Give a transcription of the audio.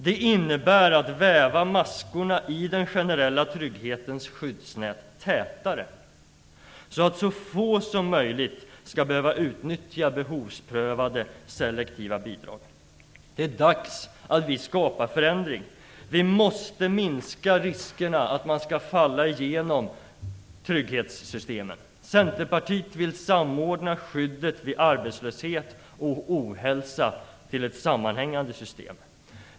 Det innebär att väva maskorna i den generella trygghetens skyddsnät tätare, så att så få som möjligt skall behöva utnyttja behovsprövade selektiva bidrag. Det är dags att vi skapar förändring. Vi måste minska risken för att man skall falla igenom trygghetssystemen. Centerpartiet vill samordna skyddet vid arbetslöshet och ohälsa till ett sammanhängande system.